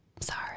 sorry